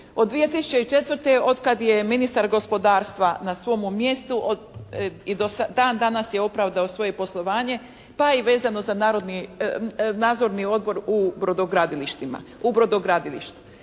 Od 2004. od kada je ministar gospodarstva na svomu mjestu i do dan danas je opravdao svoje poslovanje, pa i vezano za nadzorni odbor u brodogradilištu.